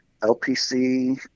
LPC